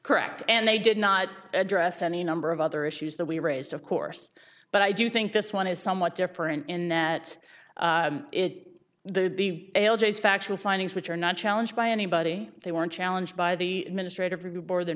correct and they did not address any number of other issues that we raised of course but i do think this one is somewhat different in that it would be factual findings which are not challenged by anybody they weren't challenged by the administrators